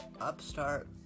upstart